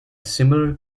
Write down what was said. similar